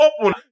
open